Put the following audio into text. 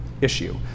issue